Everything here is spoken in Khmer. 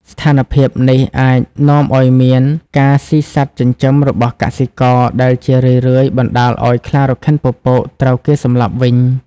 ស្ថានភាពនេះអាចនាំឲ្យមាន ការស៊ីសត្វចិញ្ចឹមរបស់កសិករ ដែលជារឿយៗបណ្តាលឲ្យខ្លារខិនពពកត្រូវគេសម្លាប់វិញ។